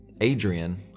Adrian